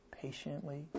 patiently